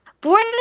born